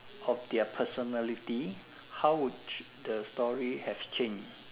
of their personality how would the story have change